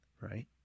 right